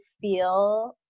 feel